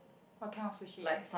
what kind of sushi